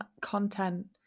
content